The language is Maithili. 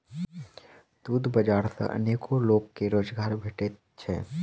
दूध बाजार सॅ अनेको लोक के रोजगार भेटैत छै